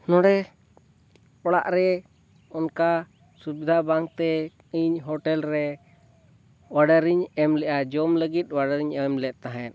ᱱᱚᱰᱮ ᱚᱲᱟᱜ ᱨᱮ ᱚᱱᱠᱟ ᱥᱩᱵᱤᱫᱷᱟ ᱵᱟᱝ ᱛᱮ ᱤᱧ ᱦᱳᱴᱮᱞ ᱨᱮ ᱚᱰᱟᱨᱤᱧ ᱮᱢ ᱞᱮᱜᱼᱟ ᱡᱚᱢ ᱞᱟᱹᱜᱤᱫ ᱚᱰᱟᱨᱤᱧ ᱮᱢ ᱞᱮᱫ ᱛᱟᱦᱮᱸᱫ